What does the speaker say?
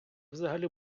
взагалі